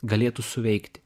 galėtų suveikti